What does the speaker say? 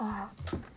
!wah!